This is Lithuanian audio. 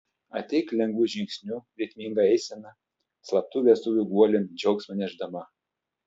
ateik lengvu žingsniu ritminga eisena slaptų vestuvių guolin džiaugsmą nešdama